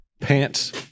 pants